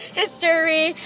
history